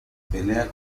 pelea